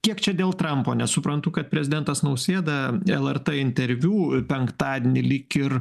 kiek čia dėl trampo nes suprantu kad prezidentas nausėda lrt interviu penktadienį lyg ir